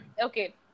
okay